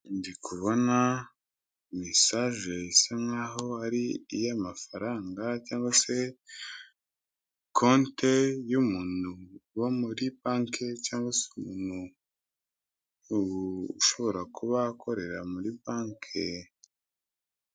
Ndi kubona mesaje isa nk'aho ari iy'amafaranga cyangwa se konte y'umuntu wo muri banke cyangwa umuntu ushobora kuba akorera muri banke.